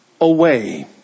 away